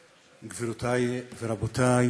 התרבות מירי רגב באותה תקופה